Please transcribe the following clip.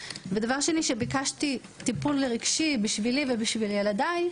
כשביקשתי טיפול רגשי בשבילי ובשביל ילדיי,